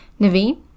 Naveen